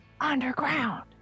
underground